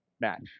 match